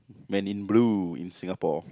man in blue in Singapore